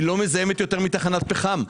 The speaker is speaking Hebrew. היא לא מזהמת יותר מתחנת פחם.